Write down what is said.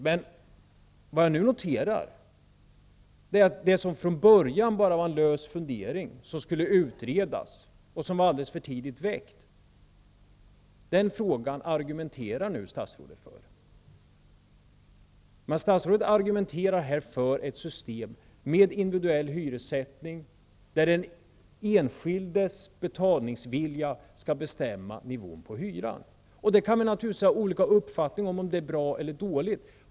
Nu noterar jag att den fråga som från början bara var en lös fundering, som skulle utredas och som var alldeles för tidigt väckt, argumentar nu statsrådet för. Men statsrådet argumenterar här för ett system med individuell hyressättning, där den enskildes betalningsvilja skall bestämma nivån på hyran. Vi kan naturligtvis ha olika uppfattningar om huruvida det är bra eller dåligt.